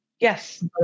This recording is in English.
Yes